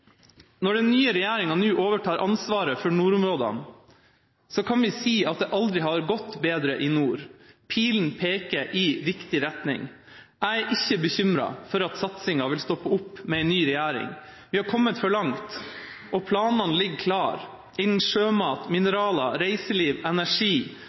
Når den nye regjeringa nå overtar ansvaret for nordområdene, kan vi si at det aldri har gått bedre i nord. Pilen peker i riktig retning. Jeg er ikke bekymret for at satsinga vil stoppe opp med en ny regjering. Vi har kommet for langt, og planene ligger klare innen sjømat, mineraler, reiseliv, energi,